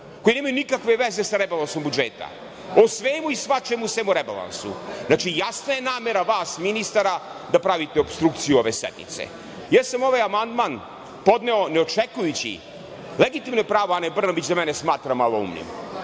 koji nemaju nikakve veze sa rebalansom budžeta. O svemu i svačemu, sem o rebalansu. Znači, jasna je namera vas ministara da pravite opstrukciju ove sednice. Ja sam ovaj amandman podneo ne očekujući… Legitimno je pravo Ane Brnabić da mene smatra maloumnim,